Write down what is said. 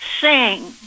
Sing